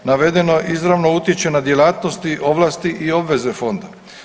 Navedeno izravno utječe na djelatnosti, ovlasti i obveze fonda.